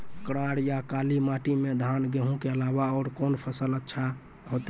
करार या काली माटी म धान, गेहूँ के अलावा औरो कोन फसल अचछा होतै?